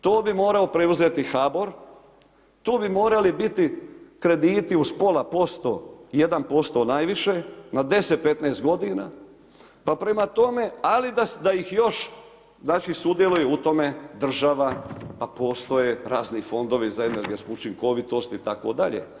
To bi morao preuzeti HBOR, tu bi morali biti krediti uz pola posto, 1% najviše, na 10, 15 g. pa prema tome, ali da ih još znači sudjeluje u tome država pa postoje razni fondovi za energetsku učinkovitost itd.